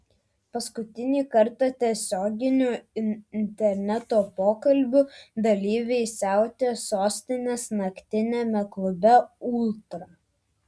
paskutinį kartą tiesioginių interneto pokalbių dalyviai siautė sostinės naktiniame klube ultra